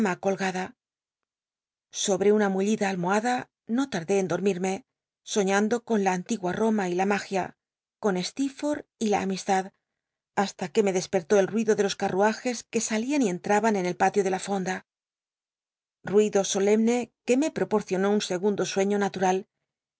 colgada sobre una mullida almohada no l lt'dé en dormirme soñando con la antigua noma y la magia con slee forlh y la amistad hasta que me despertó el ru ido de los carruajes que salian y entmban en el patio de la fonda ruido solemne que me proporcionó un segundo sueño natural